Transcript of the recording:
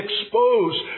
exposed